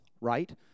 right